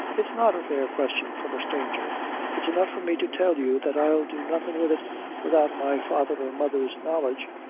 it's not a fair question for a stranger it's enough for me to tell you that i'll do nothing with it without my father and mother's knowledge.